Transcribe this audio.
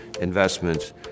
investments